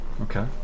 Okay